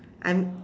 I'm